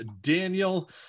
Daniel